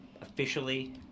officially